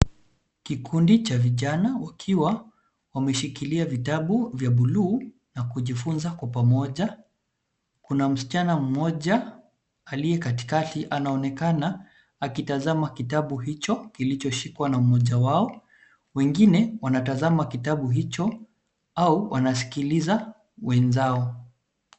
Kikundi cha vijana wakiwa wameshikilia vitabu vya buluu na kujifunza kwa pamoja. Kuna msichana mmoja aliye katikati anaonekana akitazama kitabu hicho kilichoshikwa na mmoja wao. Wengine wanatazama kitabu hicho au wanasikiliza wenzao.